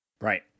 Right